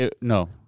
No